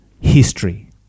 history